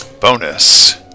bonus